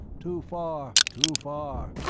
too far, too far.